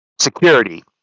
security